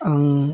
आं